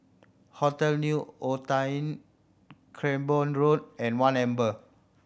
Hotel New Otani Cranborne Road and One Amber